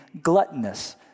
gluttonous